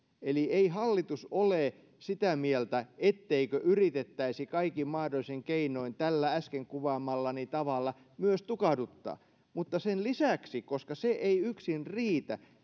eli ei hallitus ole sitä mieltä etteikö yritettäisi kaikin mahdollisin keinoin tällä äsken kuvaamallani tavalla myös tukahduttaa mutta sen lisäksi sen rinnalla koska se ei yksin riitä